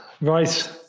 Right